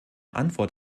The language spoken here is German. antwort